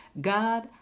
God